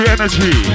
Energy